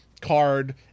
card